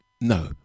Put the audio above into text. no